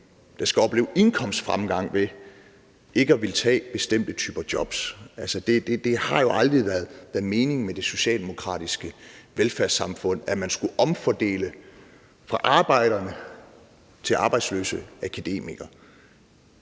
der skal opleve indkomstfremgang ved ikke at ville tage bestemte typer jobs. Det har jo aldrig været meningen med det socialdemokratiske velfærdssamfund, at man skulle omfordele fra arbejderne til arbejdsløse akademikere.